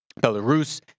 Belarus